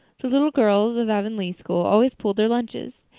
the little girls of avonlea school always pooled their lunches,